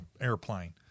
airplane